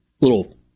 little